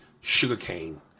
sugarcane